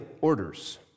orders